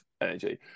energy